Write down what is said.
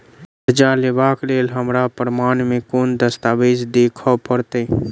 करजा लेबाक लेल हमरा प्रमाण मेँ कोन दस्तावेज देखाबऽ पड़तै?